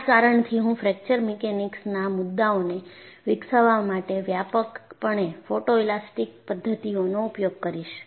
આ જ કારણથી હું ફ્રેક્ચર મિકેનિક્સના મુદ્દાઓને વિકસાવવા માટે વ્યાપકપણે ફોટોઈલાસ્ટિક પદ્ધતિઓનો ઉપયોગ કરીશું